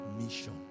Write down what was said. mission